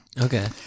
Okay